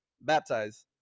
Baptize